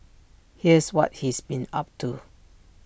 here's what he's been up to